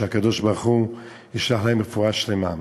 שהקדוש-ברוך-הוא ישלח להם רפואה שלמה.